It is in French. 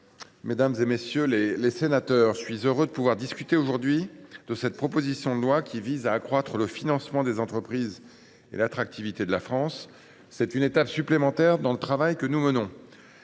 mesdames, messieurs les sénateurs, je suis heureux de discuter aujourd’hui de la proposition de loi visant à accroître le financement des entreprises et l’attractivité de la France. Ce texte marque une étape supplémentaire dans le travail que nous menons,